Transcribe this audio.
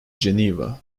geneva